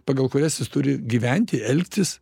pagal kurias jis turi gyventi elgtis